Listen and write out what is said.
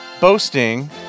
boasting